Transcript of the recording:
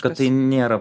kad tai nėra